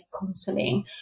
counseling